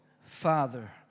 Father